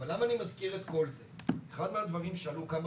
אני מזכיר את כל זה כי אחד הדברים שעלו בכמה